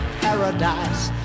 paradise